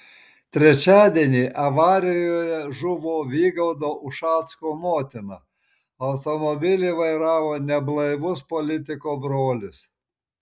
trečiadienį avarijoje žuvo vygaudo ušacko motina automobilį vairavo neblaivus politiko brolis